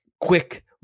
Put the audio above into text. quick